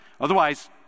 Otherwise